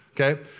Okay